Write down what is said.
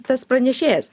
tas pranešėjas